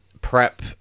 PrEP